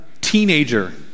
teenager